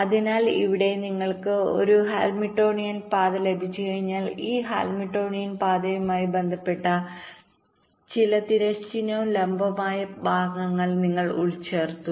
അതിനാൽ ഇവിടെ നിങ്ങൾക്ക് ഒരു ഹാമിൽട്ടോണിയൻ പാത ലഭിച്ചുകഴിഞ്ഞാൽ ഈ ഹാമിൽട്ടോണിയൻ പാതയുമായി ബന്ധപ്പെട്ട ചില തിരശ്ചീനവും ലംബവുമായ ഭാഗങ്ങൾ നിങ്ങൾ ഉൾച്ചേർത്തു